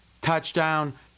touchdown